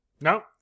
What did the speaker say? No